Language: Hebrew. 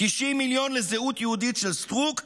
90 מיליון לזהות יהודית של סטרוק,